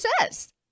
says